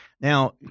now